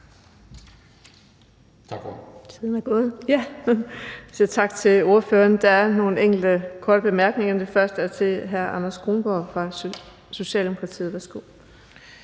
Vind): Vi siger tak til ordføreren. Der er nogle enkelte korte bemærkninger, og den første er til hr. Anders Kronborg fra Socialdemokratiet. Værsgo.